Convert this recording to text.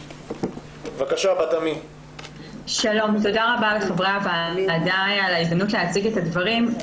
תודה רבה לחברי הוועדה על ההזדמנות להציג את הדברים.